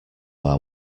our